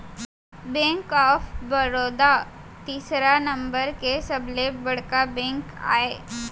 bank of Baroda तीसरा number के सबले बड़का बेंक आय